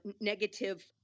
negative